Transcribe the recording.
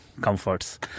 comforts